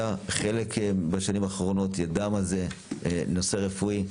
חברי ינון אזולאי ידע מה זה נושא רפואי.